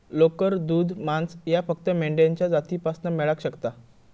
लोकर, दूध, मांस ह्या फक्त मेंढ्यांच्या जातीपासना मेळाक शकता